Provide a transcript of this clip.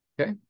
Okay